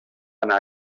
anar